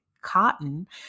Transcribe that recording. cotton